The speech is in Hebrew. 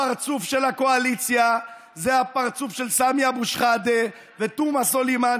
הפרצוף של הקואליציה זה הפרצוף של סמי אבו שחאדה ותומא סלימאן,